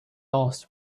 asked